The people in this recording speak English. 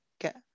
get